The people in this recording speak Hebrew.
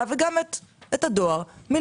יושב-ראש הדירקטוריון אמר שעלות